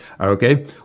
Okay